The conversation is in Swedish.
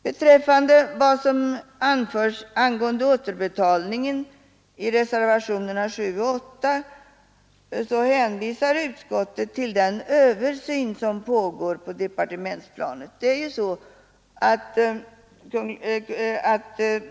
Beträffande vad som anförs i reservationerna 7 och 8 angående återbetalningen hänvisar utskottet till den översyn som pågår på departementsplanet.